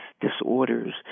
disorders